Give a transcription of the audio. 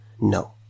No